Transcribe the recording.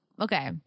okay